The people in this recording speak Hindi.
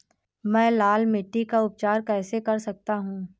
मैं लाल मिट्टी का उपचार कैसे कर सकता हूँ?